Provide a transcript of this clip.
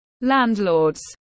Landlords